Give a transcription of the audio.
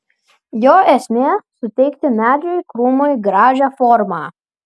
jo esmė suteikti medžiui krūmui gražią formą